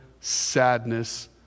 sadness